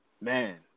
man